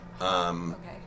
Okay